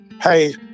Hey